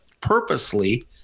purposely